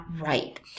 right